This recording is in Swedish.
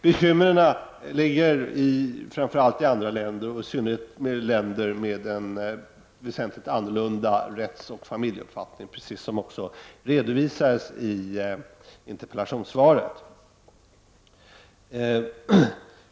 Bekymren gäller i synnerhet länder med en väsentligt annorlunda rättsoch familjeuppfattning, vilket också har redovisats i interpellationssvaret.